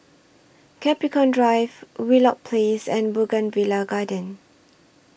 Capricorn Drive Wheelock Place and Bougainvillea Garden